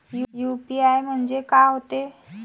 UPI म्हणजे का होते?